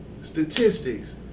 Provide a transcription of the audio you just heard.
statistics